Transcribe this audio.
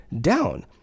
down